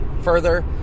further